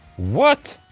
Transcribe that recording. what?